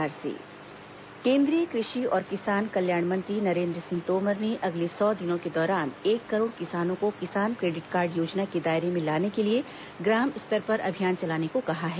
कृषि बैठक केन्द्रीय कृषि और किसान कल्याण मंत्री नरेन्द्र सिंह तोमर ने अगले सौ दिनों के दौरान एक करोड़ किसानों को किसान क्रेडिट कार्ड योजना के दायरे में लाने के लिए ग्राम स्तर पर अभियान चलाने को कहा है